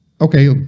okay